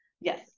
Yes